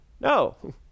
no